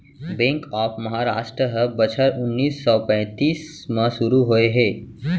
bank of Maharashtra ह बछर उन्नीस सौ पैतीस म सुरू होए हे